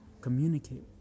communicate